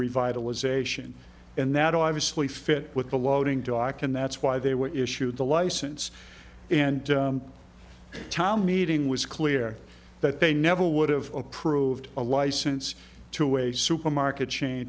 revitalization and that obviously fit with the loading dock and that's why they were issued the license and town meeting was clear that they never would have approved a license to a supermarket chain